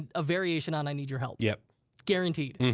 a variation on, i need your help, yeah guaranteed.